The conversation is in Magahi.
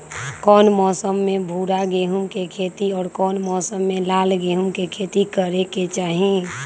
कौन मौसम में भूरा गेहूं के खेती और कौन मौसम मे लाल गेंहू के खेती करे के चाहि?